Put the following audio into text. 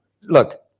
look